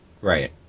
Right